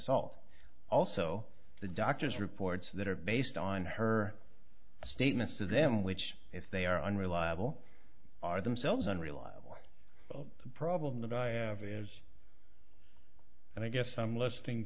salt also the doctors reports that are based on her statements to them which if they are unreliable are themselves unreliable the problem that i have is and i guess i'm listing